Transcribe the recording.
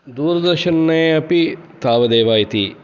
दूरदर्शने अपि तावदेव इति